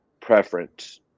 preference